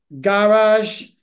garage